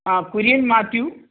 ആ കുര്യൻ മാത്യു